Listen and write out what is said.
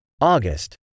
August